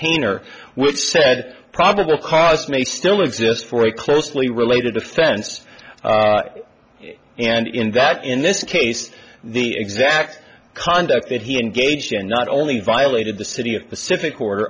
painter which said probable cause may still exist for a closely related offense and in that in this case the exact conduct that he engaged in not only violated the city of pacific